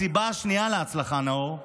הסיבה השנייה להצלחה, נאור,